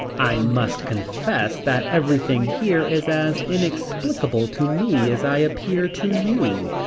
i must confess that everything here is as inexplicable to me as i appear to you.